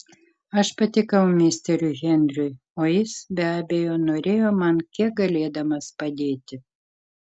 aš patikau misteriui henriui o jis be abejo norėjo man kiek galėdamas padėti